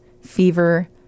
fever